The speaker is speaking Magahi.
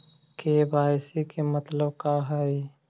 के.वाई.सी के मतलब का हई?